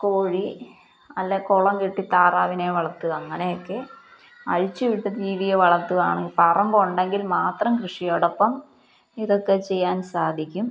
കോഴി അല്ലെങ്കില് കുളം കെട്ടി താറാവിനെ വളർത്തുക അങ്ങനെയൊക്കെ അഴിച്ചു വിട്ട് ജീവിയെ വളർത്തുകയാണെങ്കില് പറമ്പുണ്ടെങ്കിൽ മാത്രം കൃഷിയോടൊപ്പം ഇതൊക്കെ ചെയ്യാൻ സാധിക്കും